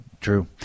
true